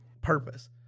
purpose